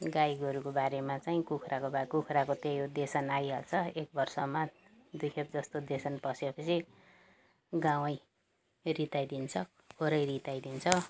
गाई गोरुको बारेमा चाहिँ कुखुराको वा कुखुरा त्यही हो देसन आइहाल्छ एक वर्षमा दुई खेप जस्तो देसन पसे पछि गाउँ रित्याइदिन्छ खोरै रित्याइदिन्छ